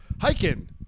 Hiking